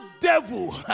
devil